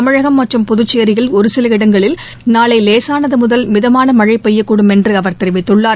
தமிழகம் மற்றும் புதுச்சேரியில் ஒரு சில இடங்களில் நாளை லேசானது முதல் மிதமான மழை பெய்யக்கூடும் என்று அவர் தெரிவித்துள்ளார்